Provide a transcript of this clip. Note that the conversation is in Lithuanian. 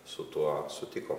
su tuo sutiko